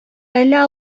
әллә